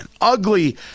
Ugly